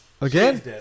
Again